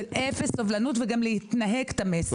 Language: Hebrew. וגם להתנהג לפי המסר.